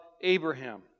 Abraham